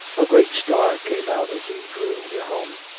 a great star came out as he drew near home.